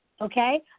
okay